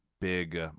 big